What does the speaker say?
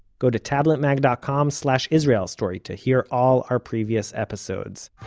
go to tabletmag dot com slash israel story to hear all our previous episodes.